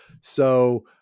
So-